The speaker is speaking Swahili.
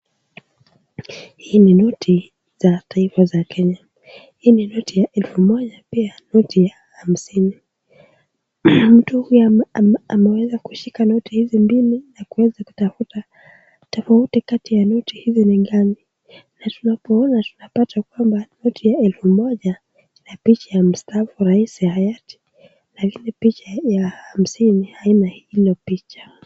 Hii noti za taifa za Kenya. Hii ni noti ya elfu moja pia noti ya hamsini. Mtu huyu ameweza kushika noti hizi mbili na ameweza kutafuta tofauti kati ya noti hizi ni gani. Na tunapoona tunapata kuona noti ya elfu moja ina picha ya rais wa Kenya hayati na noti ya hamsini haina.